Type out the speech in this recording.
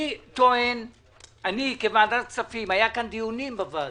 אני כוועדת כספים טוען היו כאן דיונים בוועדה